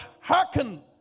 hearken